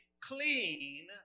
clean